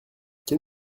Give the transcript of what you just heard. quel